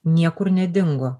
niekur nedingo